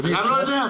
לא.